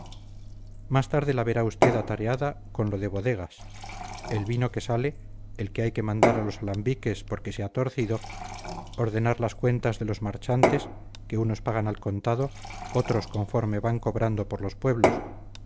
más tarde la verá usted atareada con lo de bodegas el vino que sale el que hay que mandar a los alambiques porque se ha torcido ordenar las cuentas de los marchantes que unos pagan al contado otros conforme van cobrando por los pueblos